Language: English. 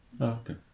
Okay